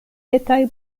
etaj